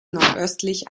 nordöstlich